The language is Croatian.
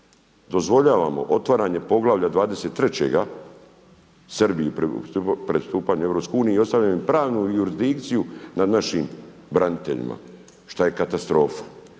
dozvoljavamo otvaranje poglavlja 23. Srbiji pristupanju EU i ostavljamo im pravnu jurisdikciju nad našim braniteljima šta je katastrofa.